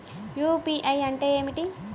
UPI అంటే ఏమిటీ?